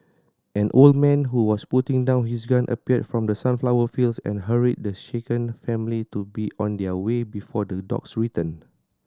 an old man who was putting down his gun appeared from the sunflower fields and hurried the shaken family to be on their way before the dogs return